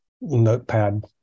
notepad